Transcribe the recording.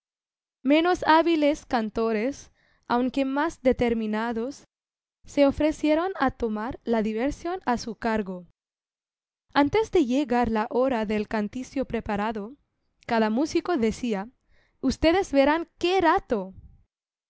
menos hábiles cantores aunque más determinados se ofrecieron a tomar la diversión a su cargo antes de llegar la hora del canticio preparado cada músico decía ustedes verán qué